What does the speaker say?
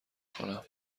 کنم